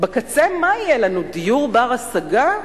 האם יהיה לנו דיור בר-השגה?